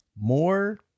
more